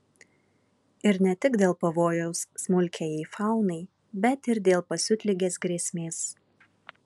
ir ne tik dėl pavojaus smulkiajai faunai bet ir dėl pasiutligės grėsmės